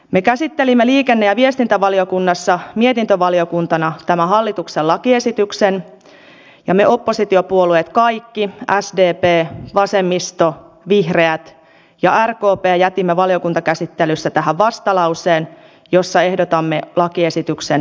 me käsittelimme liikenne ja viestintävaliokunnassa mietintövaliokuntana tämän hallituksen lakiesityksen ja me kaikki oppositiopuolueet sdp vasemmisto vihreät ja rkp jätimme valiokuntakäsittelyssä tähän vastalauseen jossa ehdotamme lakiesityksen hylkyä